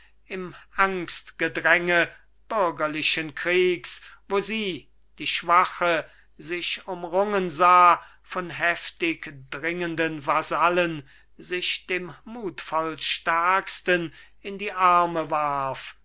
im angstgedränge bürgerlichen kriegs wo sie die schwache sich umrungen sah von heftigdringenden vasallen sich dem mutvollstärksten in die arme warf